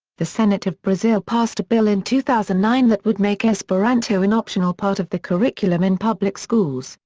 the senate of brazil passed a bill in two thousand and nine that would make esperanto an optional part of the curriculum in public schools,